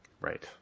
Right